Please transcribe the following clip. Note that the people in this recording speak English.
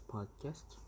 Podcast